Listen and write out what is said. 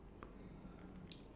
break the spikes